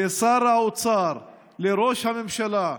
לשר האוצר, לראש הממשלה,